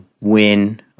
win